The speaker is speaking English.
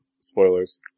spoilers